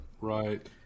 Right